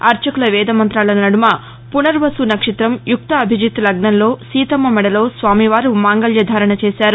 అర్చకుల వేద మంత్రాల నడుమ పునర్వసు నక్షతం యుక్త అభిజిత్ లగ్నంలో సీతమ్న మెడలో స్వామివారు మాంగల్య ధారణ చేశారు